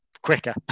Quicker